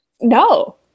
No